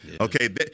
Okay